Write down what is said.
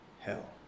hell